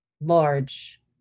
large